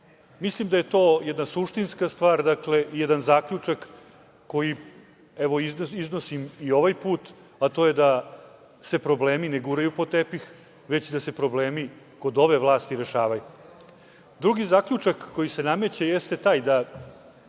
Mislim da je to jedna suštinska stvar, jedan zaključak koji, evo iznosim i ovaj put, a to je da se problemi ne guraju pod tepih već da se problemi, kod ove vlasti rešavaju. Drugi zaključak koji se nameće jeste taj da,